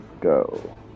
go